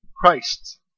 Christ